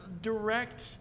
direct